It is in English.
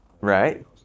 Right